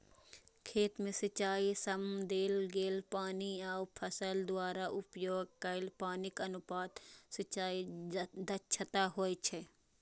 खेत मे सिंचाइ सं देल गेल पानि आ फसल द्वारा उपभोग कैल पानिक अनुपात सिंचाइ दक्षता होइ छै